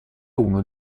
uno